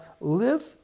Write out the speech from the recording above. live